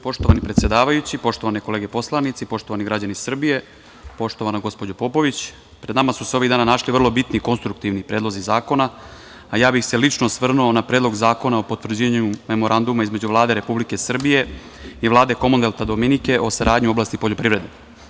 Poštovani predsedavajući, poštovane kolege poslanici, poštovani građani Srbije, poštovana gospođo Popović, pred nama su se ovih dana našli vrlo bitni i konstruktivni predlozi zakona, a ja bih se lično osvrnuo na Predlog zakona o potvrđivanju Memoranduma između Vlade Republike Srbije i Vlade Komonvelta Dominike o saradnji u oblasti poljoprivrede.